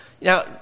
Now